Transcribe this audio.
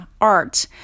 art